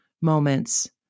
moments